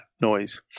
noise